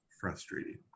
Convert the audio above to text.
frustrating